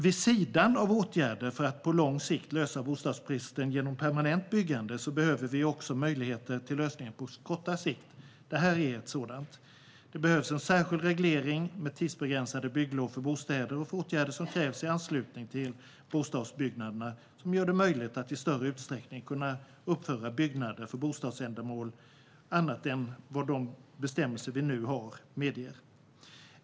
Vid sidan av åtgärder för att på lång sikt lösa bostadsbristen genom permanent byggande behöver vi också möjligheter till lösningar på kortare sikt. Det här är en sådan. Det behövs en särskild reglering om tidsbegränsade bygglov för bostäder och för åtgärder som krävs i anslutning till bostadsbyggnaderna som gör det möjligt att i större utsträckning uppföra byggnader för bostadsändamål än vad de bestämmelser vi nu har medger.